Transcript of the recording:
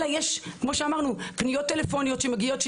אלא יש כמו שאמרנו פניות טלפונים שמגיעות,